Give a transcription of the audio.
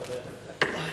לא,